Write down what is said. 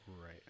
right